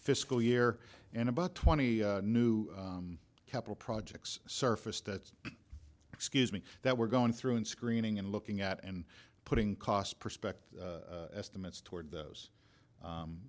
fiscal year and about twenty new capital projects surface that excuse me that we're going through and screening and looking at and putting cost perspective estimates toward those